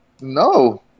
No